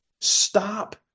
Stop